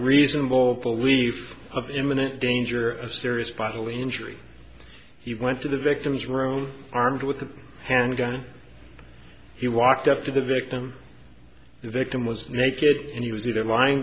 reasonable belief of imminent danger of serious bodily injury he went to the victims room armed with a handgun and he walked up to the victim the victim was naked and he was either lying